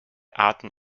arten